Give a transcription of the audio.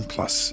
Plus